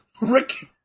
Rick